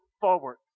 forward